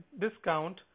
discount